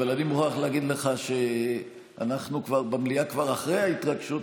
אבל אני מוכרח להגיד לך שאנחנו במליאה כבר אחרי ההתרגשות,